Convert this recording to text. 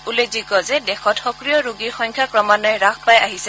উল্লেখযোগ্য যে দেশত সক্ৰিয় ৰোগীৰ সংখ্যা ক্ৰমান্বয়ে হাস পাই আহিছে